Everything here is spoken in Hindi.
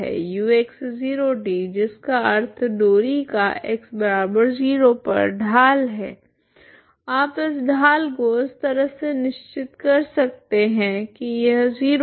ux0 t जिसका अर्थ डोरी का x0 पर ढाल है आप इस ढाल को इस तरह से निश्चित कर सकते है कि यह 0 हो